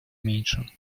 меньше